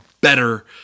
better